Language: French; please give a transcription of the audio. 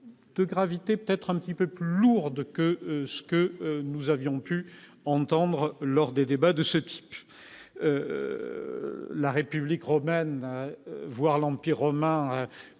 de gravité peut-être un petit peu plus lourde que ce que nous avions pu entendre lors des débats de ce type, la République romaine, voir l'empire Romain,